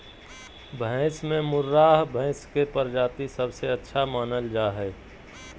भैंस में मुर्राह भैंस के प्रजाति सबसे अच्छा मानल जा हइ